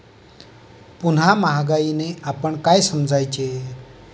पुन्हा महागाईने आपण काय समजायचे?